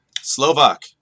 Slovak